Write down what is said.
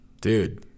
dude